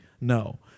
No